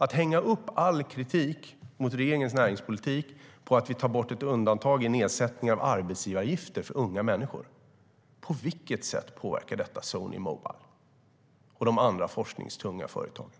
Man hänger upp all kritik mot regeringens näringspolitik på att vi tar bort ett undantag i nedsättningen av arbetsgivaravgifter för unga människor. Men på vilket sätt påverkar det Sony Mobile och de andra forskningstunga företagen?